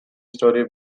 story